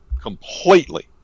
completely